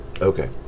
okay